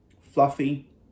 Fluffy